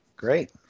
Great